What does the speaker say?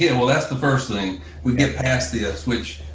yeah well, that's the first thing we get past this, which,